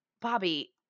bobby